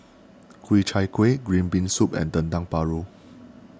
Ku Chai Kuih Green Bean Soup and Dendeng Paru